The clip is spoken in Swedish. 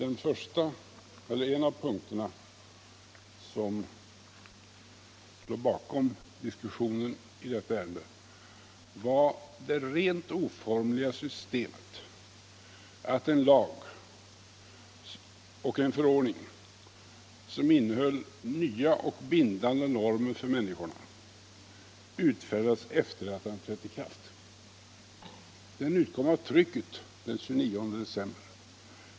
En av de punkter som låg bakom diskussionen i detta ärende var det rent oformliga systemet att en lag och en förordning, som innehöll nya och bindande normer för människorna, utfärdades efter det att den hade trätt i kraft. Den utkom av trycket den 29 december.